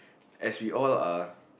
as we all are